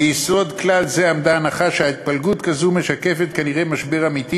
ביסוד כלל זה עמדה ההנחה שהתפלגות כזאת משקפת כנראה משבר אמיתי,